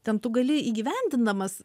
ten tu gali įgyvendindamas